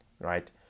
right